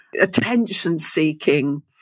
attention-seeking